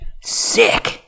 sick